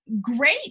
great